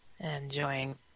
enjoying